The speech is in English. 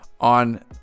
on